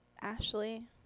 Ashley